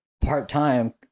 part-time